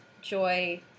joy